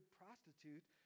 prostitute